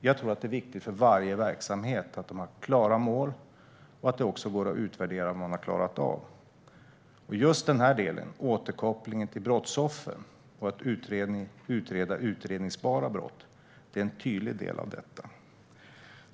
Jag tror att det är viktigt för varje verksamhet att det finns klara mål och att det går att utvärdera om man har klarat av dem. Återkoppling till brottsoffer och utredning av utredningsbara brott är en tydlig del av detta.